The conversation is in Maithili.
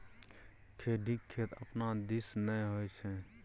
खेढ़ीक खेती अपना दिस नै होए छै